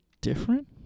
different